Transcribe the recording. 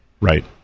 Right